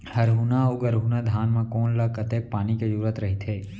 हरहुना अऊ गरहुना धान म कोन ला कतेक पानी के जरूरत रहिथे?